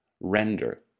Render